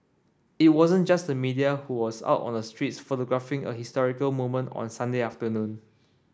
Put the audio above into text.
it wasn't just the media who was out on the streets photographing a historical moment on Sunday afternoon